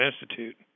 Institute